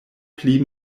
pli